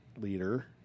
leader